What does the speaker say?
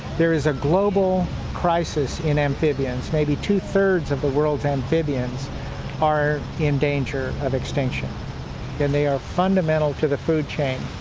there is a global crises in amphibians maybe two-thirds of the world's amphibians are in danger of extinction and they are fundamental to the food chain.